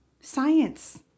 science